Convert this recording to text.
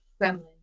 gremlin